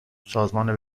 سازمان